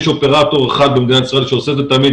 יש אופרטור אחד במדינת ישראל שעושה את זה תמיד,